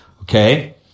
Okay